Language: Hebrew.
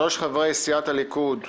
שלושה חברי סיעת הליכוד: